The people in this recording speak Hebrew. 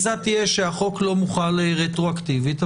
לא מוחל רטרואקטיבית.